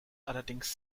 allerdings